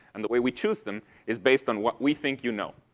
and the way we choose them is based on what we think you know.